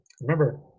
Remember